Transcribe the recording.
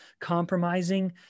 compromising